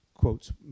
quotes